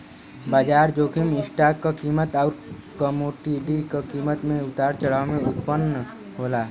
बाजार जोखिम स्टॉक क कीमत आउर कमोडिटी क कीमत में उतार चढ़ाव से उत्पन्न होला